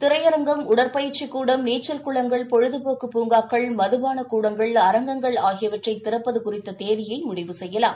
திரையரங்கம் உடற்பயிற்சிகூடம் நீச்சல் குளங்கள் பொழுதுபோக்கு பூங்காக்கள் மதுபானகூடங்கள் அரங்குங்கள் ஆகியவற்றைதிறப்பதுகுறித்ததேதியைமுடிவு செய்யலாம்